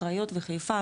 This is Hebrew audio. קריות וחיפה,